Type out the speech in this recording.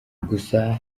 gusa